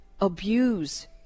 abuse